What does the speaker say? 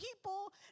people